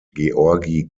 georgi